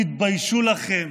תתביישו לכם.